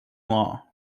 law